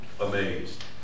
amazed